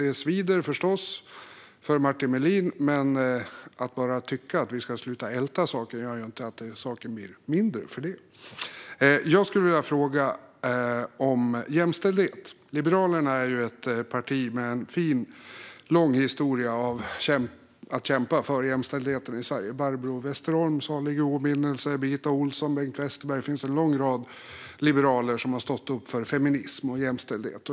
Det svider förstås för Martin Melin, men att bara tycka att vi ska sluta älta saker gör inte saken mindre. Jag skulle vilja fråga om jämställdhet. Liberalerna är ett parti med en lång, fin historia av att kämpa för jämställdheten i Sverige. Barbro Westerholm, salig i åminnelse, Birgitta Ohlsson och Bengt Westerberg - det finns en lång rad liberaler som har stått upp för feminism och jämställdhet.